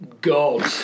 God